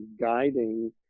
guiding